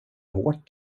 hårt